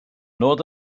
nod